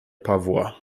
pawła